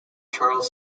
charles